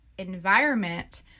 environment